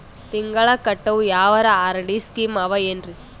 ತಿಂಗಳ ಕಟ್ಟವು ಯಾವರ ಆರ್.ಡಿ ಸ್ಕೀಮ ಆವ ಏನ್ರಿ?